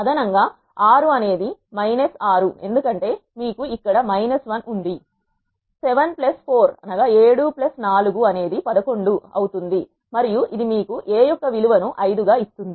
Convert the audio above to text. అదనం గా 6 అనేది 6 ఎందుకంటే మీకు ఇక్కడ 1 ఉంది74 అనేది11 మరియు ఇది మీకు A యొక్క విలువను 5 గా ఇస్తుంది